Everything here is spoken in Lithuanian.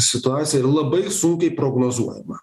situaciją ir labai sunkiai prognozuojamą